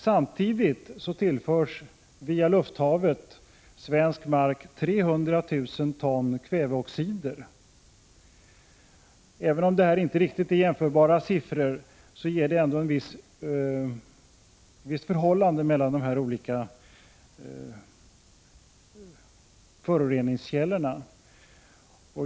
Samtidigt tillförs, via lufthavet, svensk mark 300 000 ton kväveoxider. Även om siffrorna inte är riktigt jämförbara, ger de ändå en viss uppfattning om förhållandet mellan de olika föroreningskällorna.